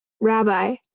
Rabbi